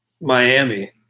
Miami